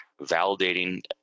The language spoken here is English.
validating